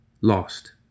Lost